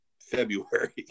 february